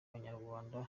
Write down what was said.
banyarwanda